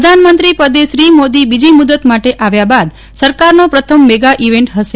પ્રધાનમંત્રી પદે શ્રી મોદી બીજી મુદત માટે આવ્યા બાદ સરકારનો પ્રથમ મેગા ઈવેન્ટ હશે